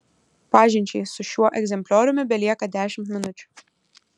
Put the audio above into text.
pažinčiai su šiuo egzemplioriumi belieka dešimt minučių